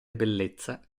bellezza